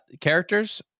characters